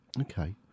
Okay